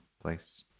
place